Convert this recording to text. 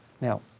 Now